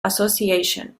association